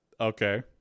Okay